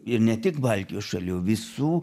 ir ne tik baltijos šalių visų